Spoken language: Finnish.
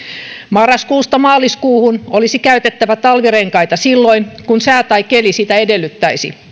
marraskuusta maaliskuuhun olisi käytettävä talvirenkaita silloin kun sää tai keli sitä edellyttäisi